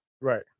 Right